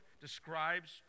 describes